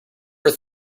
were